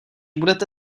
budete